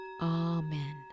Amen